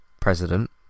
president